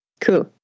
Cool